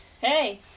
Hey